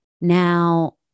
Now